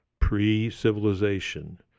pre-civilization